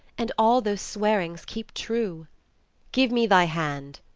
and all those swearings keep true give me thy hand,